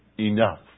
enough